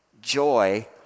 joy